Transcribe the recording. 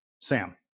Sam